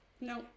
no